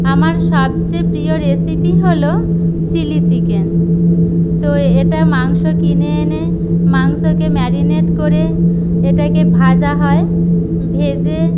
আমার সবচেয়ে প্রিয় রেসিপি হল চিলি চিকেন তো এটা মাংস কিনে এনে মাংসকে ম্যারিনেট করে এটাকে ভাজা হয় ভেজে